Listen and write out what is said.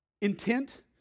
Intent